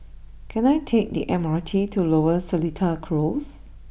can I take the M R T to Lower Seletar close